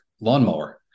lawnmower